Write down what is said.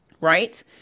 right